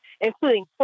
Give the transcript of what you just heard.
including